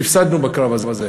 הפסדנו בקרב הזה.